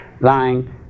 lying